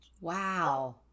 Wow